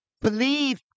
Believe